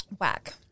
Whack